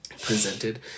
presented